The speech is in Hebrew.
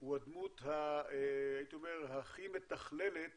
הוא הדמות הכי מתכללת